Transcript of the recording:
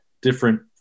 different